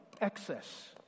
excess